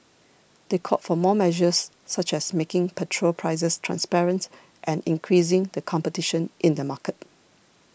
they called for more measures such as making petrol prices transparent and increasing the competition in the market